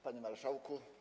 Panie Marszałku!